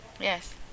Yes